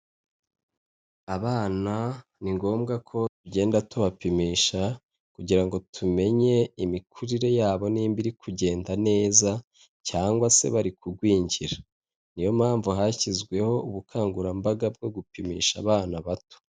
Abana ni ngombwa ko tugenda tubapimisha kugira ngo tumenye imikurire yabo nimba iri kugenda neza cyangwa se bari kugwingira niyo mpamvu hashyizweho ubukangurambaga bwo gupimisha abana bato.